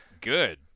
Good